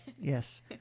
yes